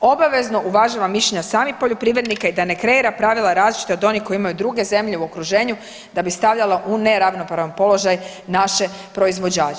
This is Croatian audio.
obavezno uvažava mišljenja samih poljoprivrednika i da ne kreira pravila različitih od onih koje imaju druge zemlje u okruženju da bi stavljala u neravnopravan položaj naše proizvođače.